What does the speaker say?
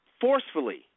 forcefully